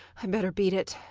i better beat it.